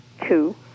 Two